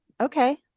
Okay